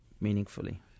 meaningfully